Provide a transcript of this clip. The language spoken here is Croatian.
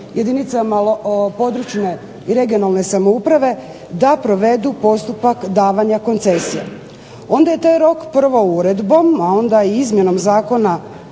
jedinicama lokalne i područne samouprave da provedu postupak davanja koncesija. Onda je taj rok prvo uredbom a onda izmjenom Zakona